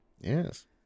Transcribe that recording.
Yes